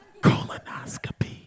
Colonoscopy